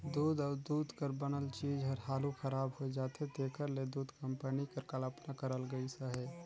दूद अउ दूद कर बनल चीज हर हालु खराब होए जाथे तेकर ले दूध कंपनी कर कल्पना करल गइस अहे